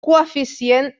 coeficient